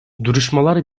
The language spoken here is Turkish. duruşmalar